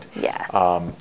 yes